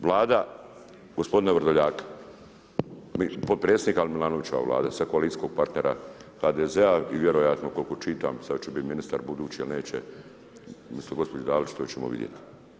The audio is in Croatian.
Vlada gospodina Vrdoljaka, potpredsjednika Milanovićeve Vlade, sad koalicijskog partnera HDZ-a i vjerojatno koliko čitam, sad će biti ministar budući ili neće, odnosno, gospođa Dalić, to ćemo vidjeti.